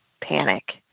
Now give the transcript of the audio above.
panic